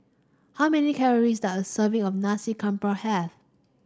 how many calories does serving of Nasi Campur have